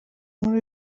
nkuru